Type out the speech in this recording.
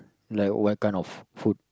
like what kind of food